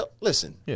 listen